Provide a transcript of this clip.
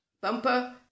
Bumper